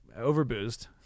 overboozed